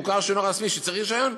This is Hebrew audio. המוכר שאינו רשמי שצריך רישיון,